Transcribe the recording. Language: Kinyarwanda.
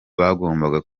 bagombaga